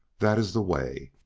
that is the way.